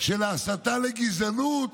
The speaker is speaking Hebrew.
של הסתה לגזענות